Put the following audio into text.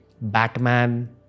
Batman